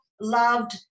loved